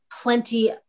plenty